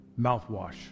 mouthwash